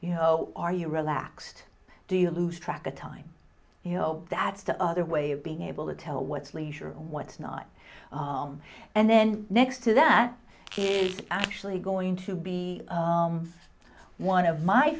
you know are you relaxed do you lose track of time you know that's the other way of being able to tell what's leisure what's not and then next to that is actually going to be one of my